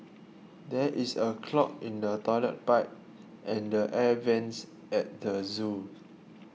there is a clog in the Toilet Pipe and the Air Vents at the zoo